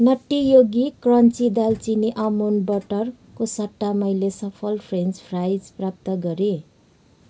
नटी Yogi crunchy दालचिनी almond बटरको सट्टा मैले सफल फ्रेन्च फ्राइज प्राप्त गरेँ